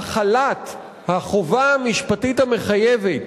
החלת החובה המשפטית המחייבת